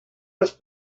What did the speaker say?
dels